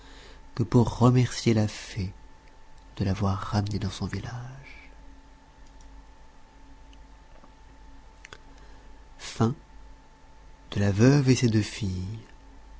que pour remercier la fée de l'avoir ramenée dans son village